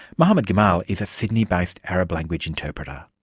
muhammad gamal is a sydney-based arabic language interpreter.